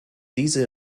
diese